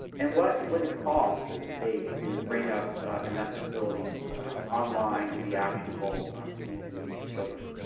and what would it cost for the state to bring up enough facilities online and be actionable to meet the needs of children?